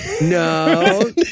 no